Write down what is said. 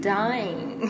dying